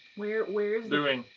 where. where is. doing.